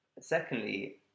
Secondly